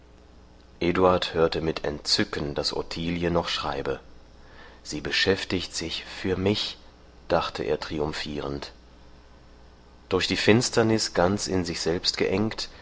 eduard hörte mit entzücken daß ottilie noch schreibe sie beschäftigt sich für mich dachte er triumphierend durch die finsternis ganz in sich selbst